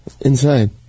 inside